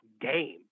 game